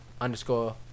underscore